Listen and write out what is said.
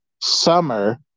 summer